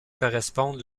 correspondre